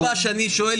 בפעם הבאה שאני אשאל,